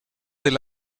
del